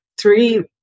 Three